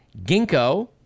ginkgo